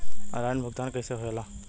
Online भुगतान कैसे होए ला?